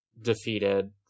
defeated